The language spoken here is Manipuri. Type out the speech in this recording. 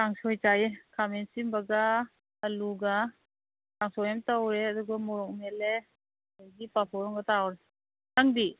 ꯀꯥꯡꯁꯣꯏ ꯆꯥꯏꯌꯦ ꯈꯥꯃꯦꯟ ꯑꯁꯤꯟꯕꯒ ꯑꯥꯜꯂꯨꯒ ꯀꯥꯡꯁꯣꯏ ꯑꯃ ꯇꯧꯔꯦ ꯑꯗꯨꯒ ꯃꯣꯔꯣꯛ ꯃꯦꯠꯂꯦ ꯑꯗꯒꯤ ꯄꯥꯐꯣꯔ ꯑꯃꯒ ꯇꯥꯎꯔꯦ ꯅꯪꯗꯤ